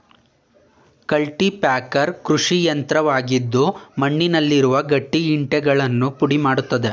cultipacker ಕೃಷಿಯಂತ್ರವಾಗಿದ್ದು ಮಣ್ಣುನಲ್ಲಿರುವ ಗಟ್ಟಿ ಇಂಟೆಗಳನ್ನು ಪುಡಿ ಮಾಡತ್ತದೆ